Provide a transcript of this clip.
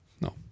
no